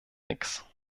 nichts